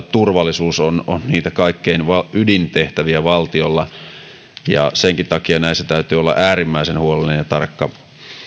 turvallisuus ovat niitä ydintehtäviä valtiolla ja senkin takia näissä täytyy olla äärimmäisen huolellinen ja tarkka